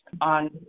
on